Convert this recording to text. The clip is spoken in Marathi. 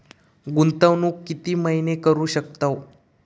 गुंतवणूक किती महिने करू शकतव?